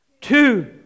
two